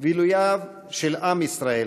ועילויו של עם ישראל,